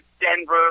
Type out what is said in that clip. Denver